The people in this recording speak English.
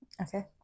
Okay